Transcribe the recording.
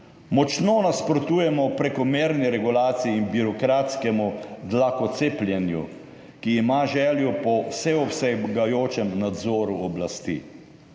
Močno nasprotujemo prekomerni regulaciji in birokratskemu dlakocepljenju, ki ima željo po vseobsegajočem nadzoru oblasti.